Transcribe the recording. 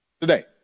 today